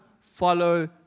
follow